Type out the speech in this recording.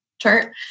chart